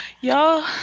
Y'all